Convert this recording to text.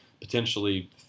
potentially